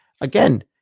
again